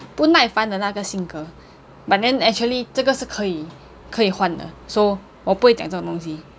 不耐烦的那个性格 but then actually 这个是可以可以换的 so 我不会讲这种东西